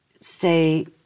say